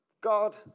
God